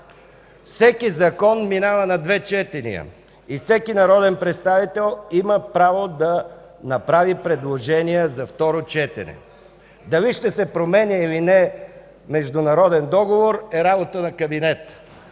Всеки закон минава на две четения и всеки народен представител има право да направи предложения за второ четене. Дали ще се променя или не международен договор, е работа на кабинета.